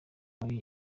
muri